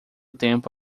tempo